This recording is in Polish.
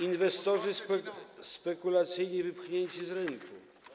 Inwestorzy spekulacyjni wypchnięci z rynku”